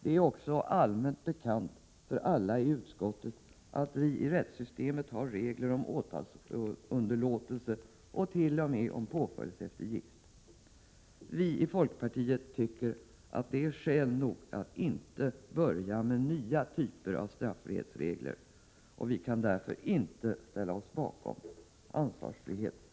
Det är också allmänt bekant för alla i utskottet att vi i rättssystemet har regler om åtalsunderlåtelse och t.o.m. om påföljdseftergift. Vi i folkpartiet tycker det är skäl nog för att inte börja med nya typer av straffrihetsregler, och vi kan därför inte ställa oss bakom ansvarsfrihetsregeln.